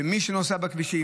שמי שנוסע בכבישים,